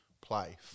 play